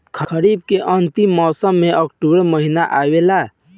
खरीफ़ के अंतिम मौसम में अक्टूबर महीना आवेला?